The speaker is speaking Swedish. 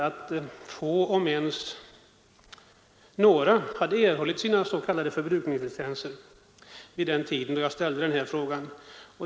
Få om ens några hade erhållit sina s.k. förbrukningslicenser vid den tid då jag ställde frågan.